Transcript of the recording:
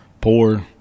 poor